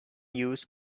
use